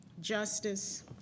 justice